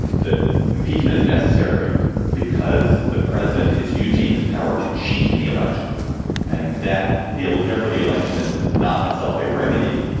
that impeachment is necessary because the president is using his power to cheat in the election and that therefore the election is not itself a remedy.